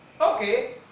Okay